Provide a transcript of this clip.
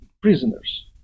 prisoners